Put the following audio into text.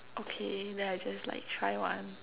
okay then I just like try one